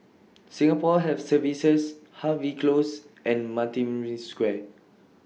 Singapore Health Services Harvey Close and Maritime Square